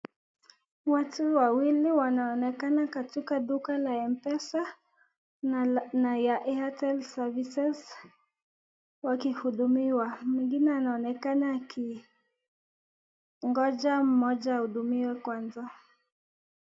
Watu wawili wanaonekana katika duka la M-Pesa na ya Airtel Services wakihudumiwa. Mwingine anaonekana akingoja mmoja uhudumiwe kwanza.